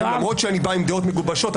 למרות שאני בא עם דעות מגובשות,